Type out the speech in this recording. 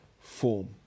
form